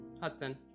Hudson